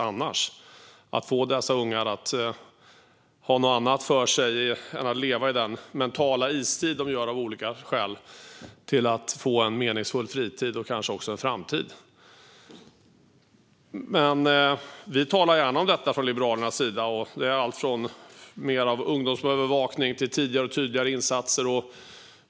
Det gäller att få dessa ungar att ha något annat för sig än att leva i den mentala istid som de av olika skäl gör och få en meningsfull fritid och kanske också en framtid. Vi talar gärna om detta från Liberalernas sida. Det handlar om allt från mer av ungdomsövervakning till tidigare och tydligare insatser.